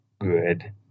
good